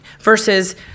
versus